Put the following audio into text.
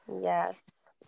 Yes